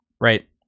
right